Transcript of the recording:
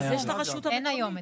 אז לרשות המקומית יש.